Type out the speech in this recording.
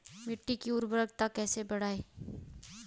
मिट्टी की उर्वरकता कैसे बढ़ायें?